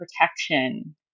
protection